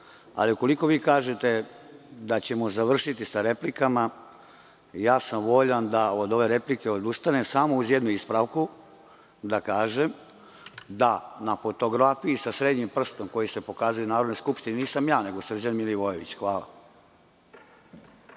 104. Ukoliko vi kažete da ćemo završiti sa replika, voljan sam da od ove replike odustanem samo uz jednu ispravku, kažem, da na fotografiji sa srednjim prstom, koji se pokazuje Narodnoj skupštini, nisam ja, nego Srđan Milivojević. Hvala.